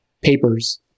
papers